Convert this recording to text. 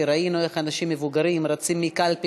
כי ראינו איך אנשים מבוגרים רצים מקלפי